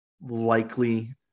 likely